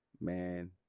man